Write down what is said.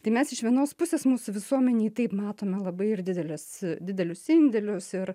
tai mes iš vienos pusės mūsų visuomenėj taip matome labai ir didelias didelius indėlius ir